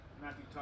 Matthew